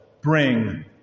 bring